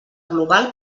global